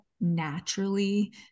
naturally